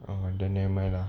oh then nevermind lah